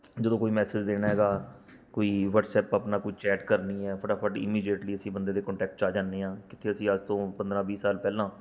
ਜਦੋਂ ਕੋਈ ਮੈਸੇਜ ਦੇਣਾ ਹੈਗਾ ਕੋਈ ਵਟਸਐਪ ਆਪਣਾ ਕੋਈ ਚੈਟ ਕਰਨੀ ਹੈ ਫਟਾਫਟ ਇਮੀਡੀਏਟਲੀ ਅਸੀਂ ਬੰਦੇ ਦੇ ਕੰਟੈਕਟ 'ਚ ਆ ਜਾਂਦੇ ਹਾਂ ਕਿੱਥੇ ਅਸੀਂ ਅੱਜ ਤੋਂ ਪੰਦਰਾਂ ਵੀਹ ਸਾਲ ਪਹਿਲਾਂ